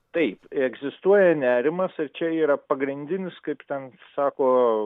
taip egzistuoja nerimas ir čia yra pagrindinis kaip ten sako